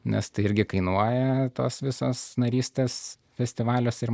nes tai irgi kainuoja tos visos narystės festivaliuose ir